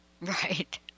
Right